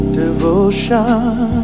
devotion